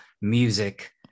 music